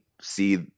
see